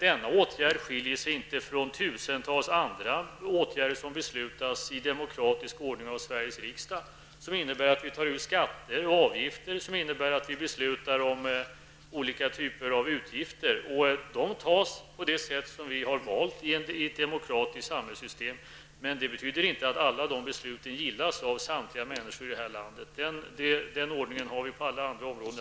Denna åtgärd skiljer sig dock inte från tusentals andra åtgärder som beslutas i demokratisk ordning av Sveriges riksdag och som innebär att vi tar ut skatter och avgifter och beslutar om olika utgifter. Dessa beslut fattas på det sätt som vi har valt i ett demokratiskt samhällssystem. Det betyder inte att alla dessa beslut gillas av samtliga människor i detta land. Den ordningen har vi på alla andra områden.